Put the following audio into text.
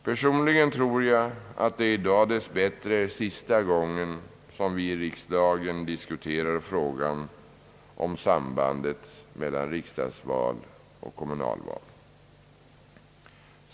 Personligen tror jag att det i dag dess bättre är sista gången som vi i riksdagen diskuterar frågan om sambandet mellan riksdagsval och kommunalval.